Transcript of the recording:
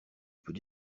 peut